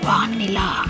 Vanilla